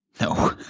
No